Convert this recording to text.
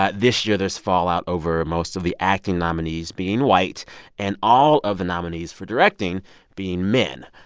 ah this year, there's fallout over most of the acting nominees being white and all of the nominees for directing being men.